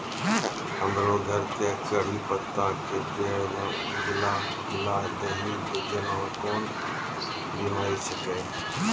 हमरो घर के कढ़ी पत्ता के पेड़ म उजला उजला दही जेना कोन बिमारी छेकै?